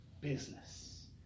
business